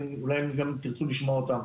אולי גם תרצו לשמוע אותם.